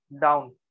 down